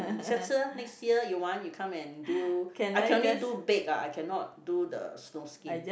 mm 下次 ah next year you want you come and do I can only do baked lah I cannot do the snowskin